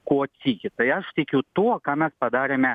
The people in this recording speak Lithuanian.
kuo tiki tai aš tikiu tuo ką mes padarėme